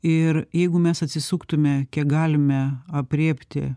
ir jeigu mes atsisuktume kiek galime aprėpti